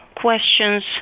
questions